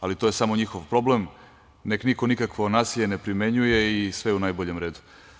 Ali, to je samo njihov problem, nek niko nikakvo nasilje ne primenjuje i sve je u najboljem redu.